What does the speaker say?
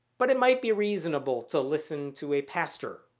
but it might be reasonable to listen to a pastor,